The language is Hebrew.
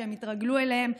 שהם התרגלו אליהם.